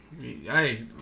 Hey